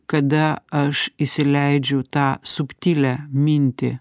kada aš įsileidžiu tą subtilią mintį